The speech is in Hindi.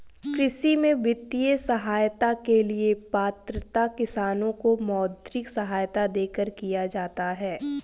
कृषि में वित्तीय सहायता के लिए पात्रता किसानों को मौद्रिक सहायता देकर किया जाता है